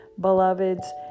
beloveds